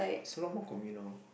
it's a lot more communal